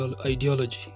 ideology